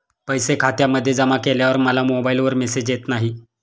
पैसे खात्यामध्ये जमा केल्यावर मला मोबाइलवर मेसेज येत नाही?